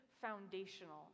foundational